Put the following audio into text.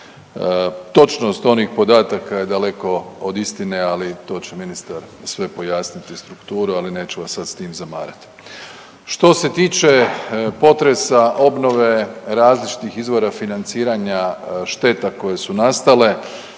točnost onih podataka je daleko od istine, ali to će ministar sve pojasniti strukturu, ali neću vas sad s tim zamarati. Što se tiče potresa, obnove, različitih izvora financiranja šteta koje su nastale,